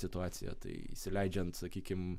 situaciją tai įsileidžiant sakykim